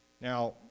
Now